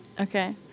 Okay